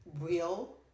real